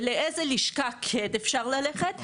ולאיזו לשכה כן אפשר ללכת,